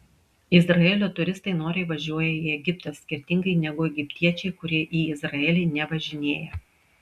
izraelio turistai noriai važiuoja į egiptą skirtingai negu egiptiečiai kurie į izraelį nevažinėja